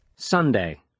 sunday